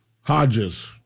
Hodges